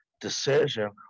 decision